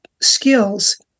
skills